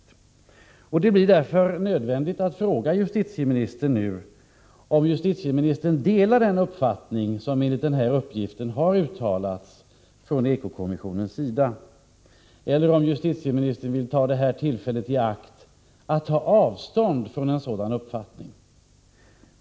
Det blir därför nödvändigt att nu fråga justitieministern om han delar den uppfattning som enligt denna uppgift har uttalats från eko-kommissionen eller om justitieministern vill ta detta tillfälle i akt att ta avstånd från en sådan uppfattning.